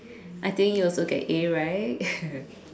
I think you also get A right